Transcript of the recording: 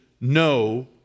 no